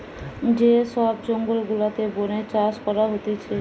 যে সব জঙ্গল গুলাতে বোনে চাষ করা হতিছে